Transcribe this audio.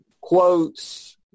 quotes